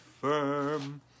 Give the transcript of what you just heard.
firm